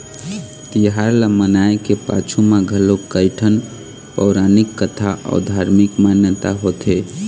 तिहार ल मनाए के पाछू म घलोक कइठन पउरानिक कथा अउ धारमिक मान्यता होथे